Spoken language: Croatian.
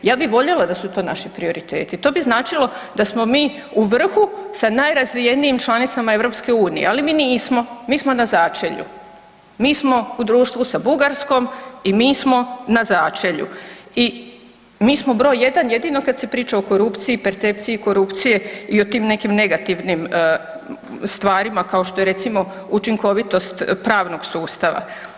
Ja bih voljela da su to naši prioriteti, to bi značilo da smo mi u vrhu sa najrazvijenijim članicama EU, ali mi nismo, mi smo na začelju, mi smo u društvu sa Bugarskom i mi smo na začelju i mi smo broj 1 jedino kad se priča o korupciji, percepciji korupcije i o tim nekim negativnim stvarima kao što je recimo učinkovitost pravnog sustava.